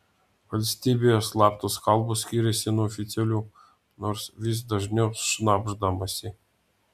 valstybėje slaptos kalbos skiriasi nuo oficialių nors vis dažniau šnabždamasi